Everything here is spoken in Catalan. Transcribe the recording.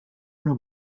una